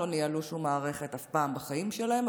לא ניהלו שום מערכת אף פעם בחיים שלהם,